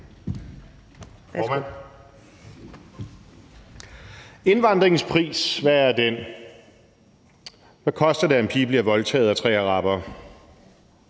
indvandringens pris? Hvad koster det, at en pige bliver voldtaget af tre arabere?